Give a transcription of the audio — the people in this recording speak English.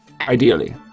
Ideally